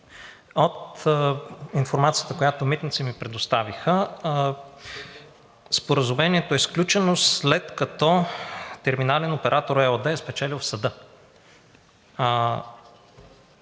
От информацията, която „Митници“ ми предоставиха, споразумението е сключено, след като „Терминален оператор“ ЕООД е спечелил в съда